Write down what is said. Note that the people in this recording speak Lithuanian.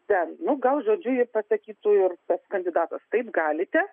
ten nu gal žodžiu ir pasakytų ir tas kandidatas taip galite